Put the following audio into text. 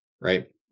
right